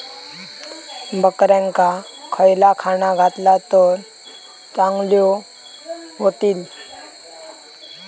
बकऱ्यांका खयला खाणा घातला तर चांगल्यो व्हतील?